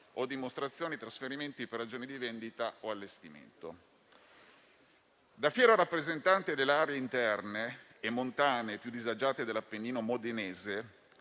o dimostrazioni e trasferimenti per ragioni di vendita o allestimento. Da fiero rappresentante delle aree interne e montane più disagiate dell'Appennino modenese